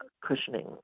cushioning